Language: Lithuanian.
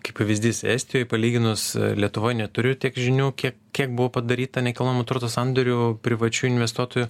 kaip pavyzdys estijoj palyginus letuvoj neturiu tiek žinių kiek kiek buvo padaryta nekilnojamo turto sandorių privačių investuotojų